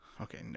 Okay